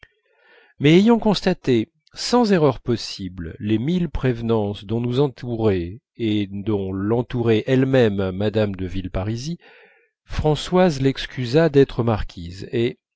mais ayant constaté sans erreur possible les mille prévenances dont nous entourait et dont l'entourait elle-même mme de villeparisis françoise l'excusa d'être marquise et